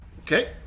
Okay